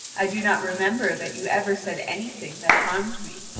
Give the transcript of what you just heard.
i do not remember that you ever said anything that harmed me.